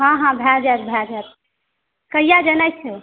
हॅं हॅं भय जायत कहिया जेनाइ छै